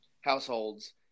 households